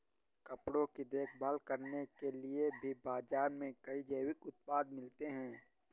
कपड़ों की देखभाल करने के लिए भी बाज़ार में कई जैविक उत्पाद मिलते हैं